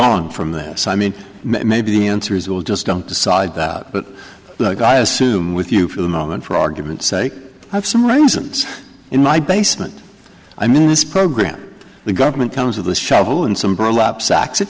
on from there so i mean maybe the answer is all just don't decide that but like i assume with you for the moment for argument's sake have some raisins in my basement i mean this program the government comes with a shovel and some burlap sacks it